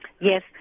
Yes